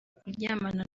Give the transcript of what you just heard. kuryamana